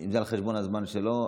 אם זה על חשבון הזמן שלו,